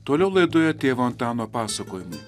toliau laidoje tėvo antano pasakojimai